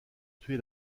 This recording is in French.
tuer